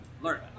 learn